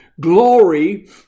glory